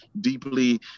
deeply